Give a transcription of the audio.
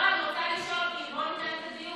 לא, אני רוצה לשאול, כי בוא נקיים את הדיון.